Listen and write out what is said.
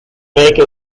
make